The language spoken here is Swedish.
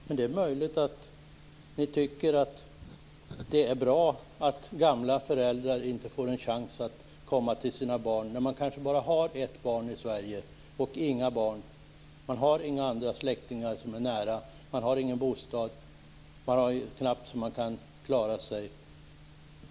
Men det är möjligt att Moderaterna tycker att det är bra att gamla föräldrar inte får en chans att komma till sina barn när de kanske har sitt enda barn i Sverige och inte har några andra nära släktingar, ingen bostad och knappt så att de klarar sig.